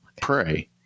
pray